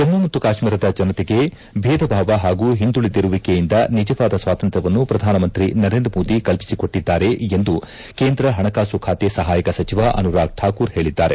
ಜಮ್ನು ಮತ್ತು ಕಾಶ್ನೀರದ ಜನತೆಗೆ ಭೇದ ಭಾವ ಹಾಗೂ ಹಿಂದುಳಿದಿರುವಿಕೆಯಿಂದ ನಿಜವಾದ ಸ್ವಾತಂತ್ರ್ಮವನ್ನು ಪ್ರಧಾನಮಂತ್ರಿ ನರೇಂದ್ರ ಮೋದಿ ಕಲ್ಪಿಸಿಕೊಟ್ಟದ್ದಾರೆ ಎಂದು ಕೇಂದ್ರ ಹಣಕಾಸು ಖಾತೆ ಸಹಾಯಕ ಸಚಿವ ಅನುರಾಗ್ ಠಾಕೂರ್ ಹೇಳಿದ್ದಾರೆ